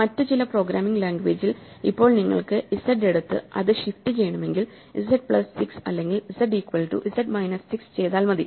മറ്റു ചില പ്രോഗ്രാമിങ് ലാംഗ്വേജിൽ ഇപ്പോൾ നിങ്ങൾക്ക് z എടുത്തു അത് ഷിഫ്റ്റ് ചെയ്യണമെങ്കിൽ z പ്ലസ് 6 അല്ലെങ്കിൽ z equal to z minus 6 ചെയ്താൽ മതി